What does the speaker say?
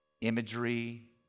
imagery